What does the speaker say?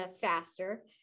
faster